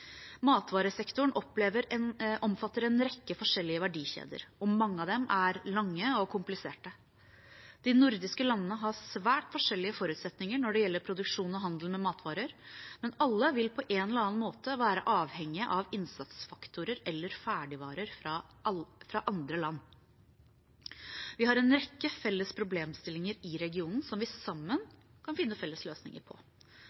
omfatter en rekke forskjellige verdikjeder. Mange av dem er lange og kompliserte. De nordiske landene har svært forskjellige forutsetninger når det gjelder produksjon og handel med matvarer, men alle vil på en eller annen måte være avhengige av innsatsfaktorer eller ferdigvarer fra andre land. Vi har en rekke felles problemstillinger i regionen som vi sammen kan finne felles løsninger på.